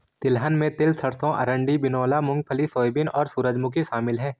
तिलहन में तिल सरसों अरंडी बिनौला मूँगफली सोयाबीन और सूरजमुखी शामिल है